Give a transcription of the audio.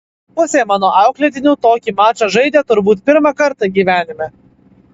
pusė mano auklėtinių tokį mačą žaidė turbūt pirmą kartą gyvenime